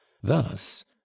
Thus